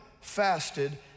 fasted